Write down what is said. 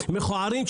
מכוערים?